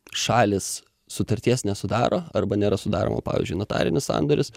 šalys sutarties nesudaro arba nėra sudaroma pavyzdžiui notarinis sandoris